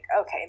okay